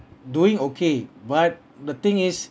doing okay but the thing is